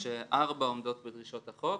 שארבע עומדות בדרישות החוק.